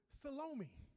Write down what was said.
Salome